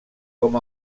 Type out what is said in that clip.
com